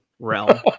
realm